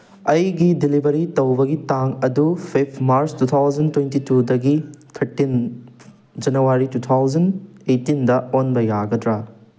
ꯑꯩꯒꯤ ꯗꯤꯂꯤꯕꯔꯤ ꯇꯧꯕꯒꯤ ꯇꯥꯡ ꯑꯗꯨ ꯐꯤꯞ ꯃꯥꯔꯁ ꯇꯨ ꯊꯥꯎꯖꯟ ꯇꯣꯏꯟꯇꯤꯇꯨꯗꯒꯤ ꯊꯔꯇꯤꯟ ꯖꯅꯋꯥꯔꯤ ꯇꯨ ꯊꯥꯎꯖꯟ ꯑꯦꯇꯤꯟꯗ ꯑꯣꯟꯕ ꯌꯥꯒꯗ꯭ꯔꯥ